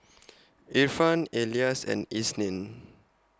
Irfan Elyas and Isnin